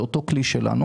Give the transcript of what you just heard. זה אותו כלי שלנו